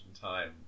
time